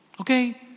Okay